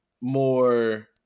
more